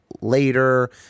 later